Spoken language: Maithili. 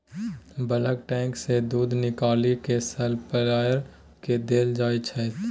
बल्क टैंक सँ दुध निकालि केँ सप्लायर केँ देल जाइत छै